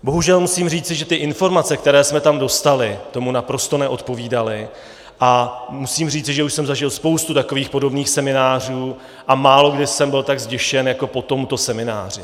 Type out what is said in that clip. Bohužel musím říci, že všechny ty informace, které jsme tam dostali, tomu naprosto neodpovídaly, a musím říci, že už jsem zažil spoustu takových podobných seminářů a málokdy jsem byl tak zděšen jako po tomto semináři.